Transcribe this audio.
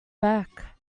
back